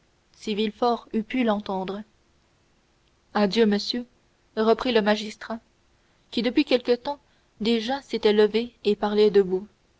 si villefort eût pu l'entendre adieu monsieur reprit le magistrat qui depuis quelque temps déjà s'était levé et parlait